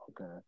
Okay